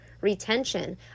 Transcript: retention